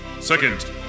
Second